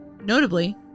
Notably